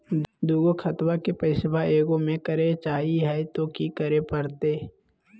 दू गो खतवा के पैसवा ए गो मे करे चाही हय तो कि करे परते?